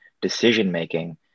decision-making